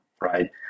Right